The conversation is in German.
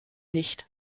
nicht